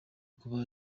kuba